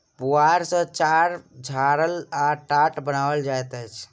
पुआर सॅ चार छाड़ल आ टाट बनाओल जाइत अछि